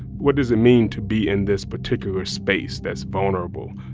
what does it mean to be in this particular space that's vulnerable?